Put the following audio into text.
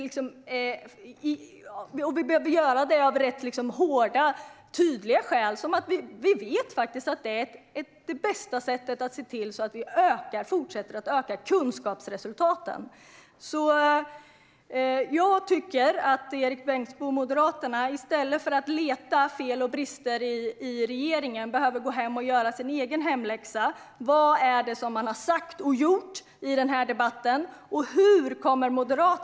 Vi behöver göra det av hårda och tydliga skäl för vi vet att det är det bästa sättet att få kunskapsresultaten att fortsätta öka. I stället för att leta efter fel och brister hos regeringen tycker jag att Erik Bengtzboe från Moderaterna borde göra sin hemläxa. Vad har ni sagt och gjort här i debatten?